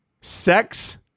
Sex